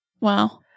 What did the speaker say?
Wow